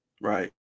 Right